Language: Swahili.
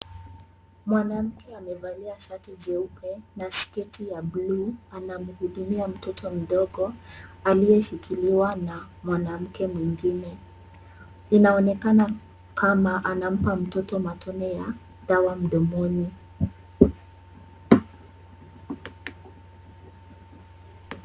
Mwanamke amevalia shati jeupe na sketi ya bluu, anamhudumia mtoto mdogo aliyeshikiliwa na mwanamke mwingine. Inaonekana kama anampa mtoto matone ya dawa mdomoni.